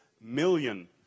million